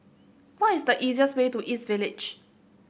what is the easiest way to East Village